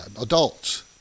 adults